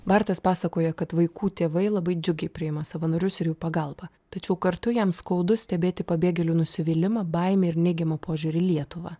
bartas pasakojo kad vaikų tėvai labai džiugiai priima savanorius ir jų pagalbą tačiau kartu jam skaudu stebėti pabėgėlių nusivylimą baimę ir neigiamą požiūrį į lietuvą